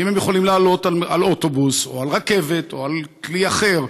ואם הם יכולים לעלות על אוטובוס או על רכבת או על כלי אחר,